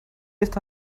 esta